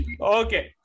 Okay